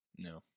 No